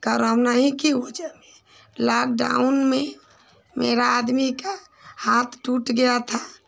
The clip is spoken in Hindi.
कोरोना ही की वज़ह में लॉकडाउन में मेरे आदमी का हाथ टूट गया था